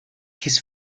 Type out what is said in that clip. his